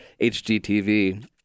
HGTV